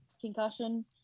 concussion